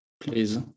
please